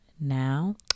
now